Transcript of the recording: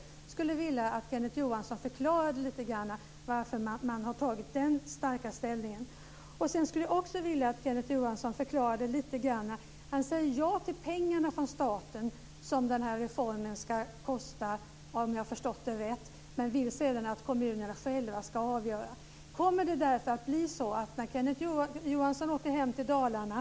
Jag skulle vilja att Kenneth Johansson förklarade lite grand varför man har tagit ställning så starkt. Sedan skulle jag också vilja att Kenneth Johansson förklarade lite grand: Han säger ja till pengarna från staten som den här reformen ska kosta, om jag har förstått det rätt, men vill sedan att kommunerna själva ska avgöra. Hur kommer det då att bli när Kenneth Johansson åker hem till Dalarna?